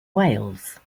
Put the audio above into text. wales